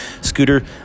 Scooter